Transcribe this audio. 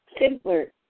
simpler